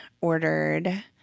ordered